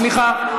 סליחה.